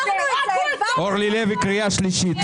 אורלי לוי, קריאה שלישית.